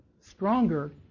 stronger